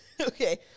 Okay